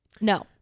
no